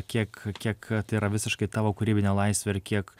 kiek kiek tai yra visiškai tavo kūrybinė laisvė ir kiek